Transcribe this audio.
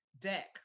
deck